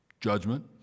Judgment